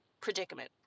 predicament